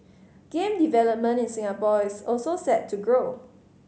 game development in Singapore is also set to grow